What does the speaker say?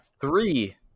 Three